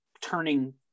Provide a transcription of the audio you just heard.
turning